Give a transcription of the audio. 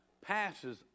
passes